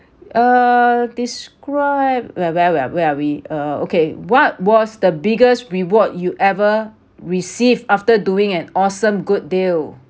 err describe where where where are we uh okay what was the biggest reward you ever receive after doing an awesome good deal